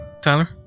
Tyler